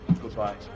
Goodbye